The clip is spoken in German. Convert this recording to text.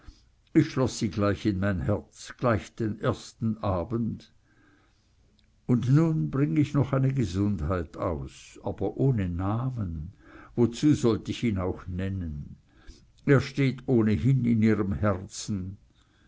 ich schloß sie gleich in mein herz gleich den ersten abend und nun bring ich noch eine gesundheit aus aber ohne namen wozu sollt ich ihn auch nennen er steht ohnehin in ihrem herzen